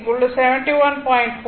86 71